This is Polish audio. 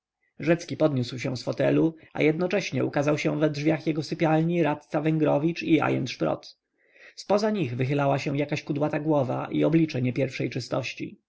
rzecki podniósł się z fotelu a jednocześnie ukazał się we drzwiach jego sypialni radca węgrowicz i ajent szprot zpoza nich wychylała się jakaś kudłata głowa i oblicze niepierwszej czystości